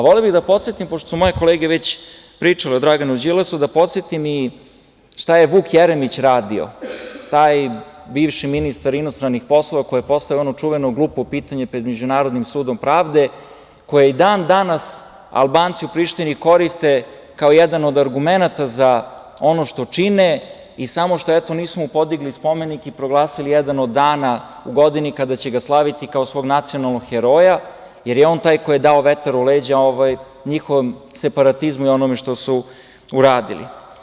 Voleo bih da podsetim, pošto su moje kolege već pričale o Draganu Đilasu, šta je Vuk Jeremić radio, bivši ministar inostranih poslova koji je postavio ono čuveno glupo pitanje pred Međunarodnim sudom pravde, koje i dan danas Albanci u Prištini koriste kao jedan od argumenata za ono što čine i samo što, eto, nisu mu podigli spomenik i proglasili jedan od dana u godini kada će ga slaviti kao svog nacionalnog heroja, jer je on taj koji je dao vetar u leđa njihovom separatizmu i onome što su uradili.